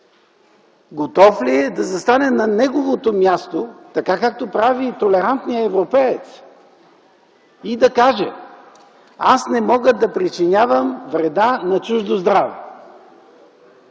Готов ли е да застане на неговото място, така както прави толерантният европеец и да каже: „Аз не мога да причинявам вреда на чуждо здраве!”.